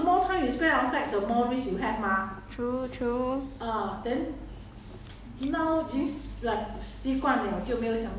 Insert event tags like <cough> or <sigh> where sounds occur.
then faster come back <laughs> true true